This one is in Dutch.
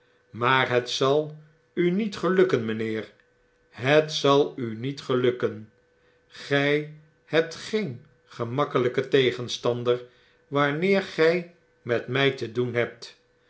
maar het zal u niet gelukken mynheer het zal u niet gelukken gy hebt geen gemakkelijken tegenstander wanneer gy met mij te doen hebt